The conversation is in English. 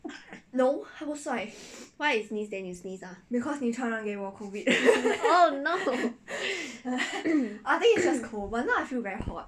why I sneeze then you sneeze ah oh no